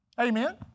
Amen